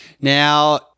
Now